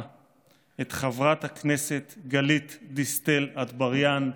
את חברת הכנסת גלית דיסטל אטבריאן.